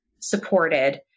supported